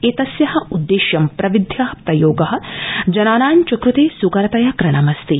एतस्या उद्देश्यं प्रविध्या प्रयोग जनानाञ्कृते सुकरतया करणमस्ति